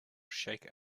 shake